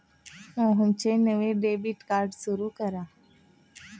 मोहनचं नवं debit card सुरू करा